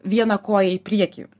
vieną koją į priekį